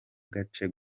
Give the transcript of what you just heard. gacye